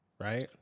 right